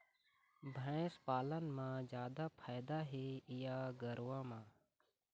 भैंस पालन म जादा फायदा हे या गरवा म?